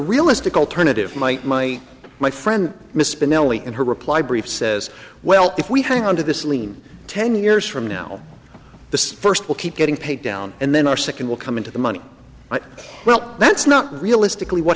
realistic alternative might my my friend miss spinelli and her reply brief says well if we hang on to this lean ten years from now the first will keep getting paid down and then our second will come into the money but well that's not realistically what